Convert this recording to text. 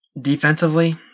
Defensively